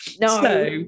no